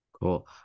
Cool